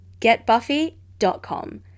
Getbuffy.com